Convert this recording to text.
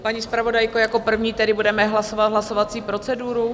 Paní zpravodajko, jako první tedy budeme hlasovat hlasovací proceduru?